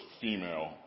female